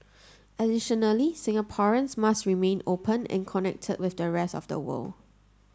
additionally Singaporeans must remain open and connected with the rest of the world